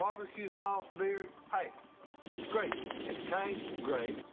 barbeque sauce beard, hey, it's great. it tastes great,